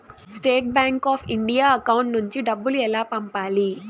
State bank of India account నుంచి డబ్బులు ఎలా పంపాలి?